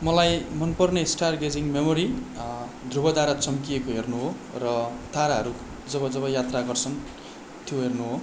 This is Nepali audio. मलाई मनपर्ने स्टारगेजिङ मेमोरी ध्रवतारा चम्किएको हेर्नु हो र ताराहरू जब जब यात्रा गर्छन् त्यो हेर्नु हो